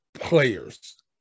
players